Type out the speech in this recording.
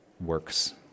works